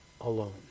alone